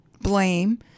blame